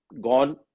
gone